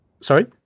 Sorry